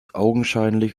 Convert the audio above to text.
augenscheinlich